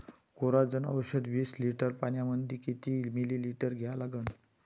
Coragen औषध विस litre पंपामंदी किती मिलीमिटर घ्या लागन?